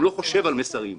לכן,